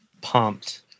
Pumped